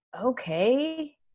okay